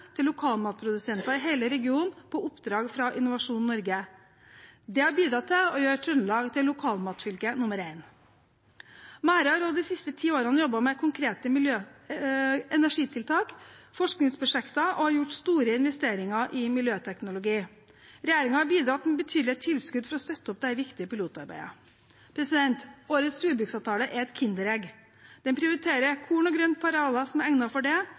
til lokalmatprodusenter i hele regionen på oppdrag fra Innovasjon Norge. Det har bidratt til å gjøre Trøndelag til lokalmatfylke nummer én. Mære har de siste ti årene også jobbet med konkrete energitiltak, forskningsprosjekter og har gjort store investeringer i miljøteknologi. Regjeringen har bidratt med betydelige tilskudd for å støtte opp dette viktige pilotarbeidet. Årets jordbruksavtale er et kinderegg. Den prioriterer korn og grønt på arealer som er egnet for det,